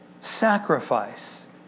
sacrifice